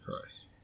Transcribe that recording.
Christ